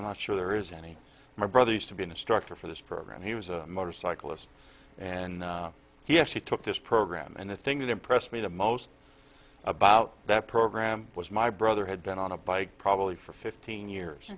i'm not sure there is any my brother used to be an instructor for this program he was a motorcyclist and he actually took this program and the thing that impressed me the most about that program was my brother had been on a bike probably for fifteen years